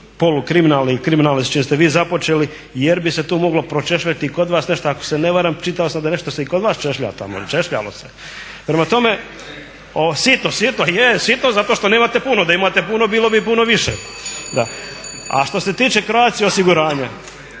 polukriminalne i kriminalne s čim ste vi započeli, jer bi se tu moglo pročešljati kod vas nešto ako se ne varam, čitao sam da nešto se i kod vas češlja tamo ili češljalo se. …/Upadica: Sitno./… Sitno, sitno. Je sitno, je sitno zato što nemate puno. Da imate puno, da imate puno bilo bi puno više. Da, a što se tiče Croatia osiguranja